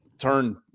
turn